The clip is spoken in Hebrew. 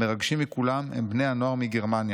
המרגשים מכולם הם בני הנוער מגרמניה,